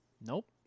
nope